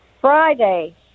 Friday